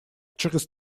через